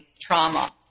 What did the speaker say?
trauma